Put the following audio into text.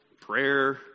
prayer